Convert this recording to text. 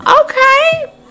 Okay